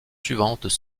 suivantes